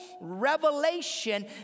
revelation